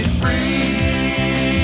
free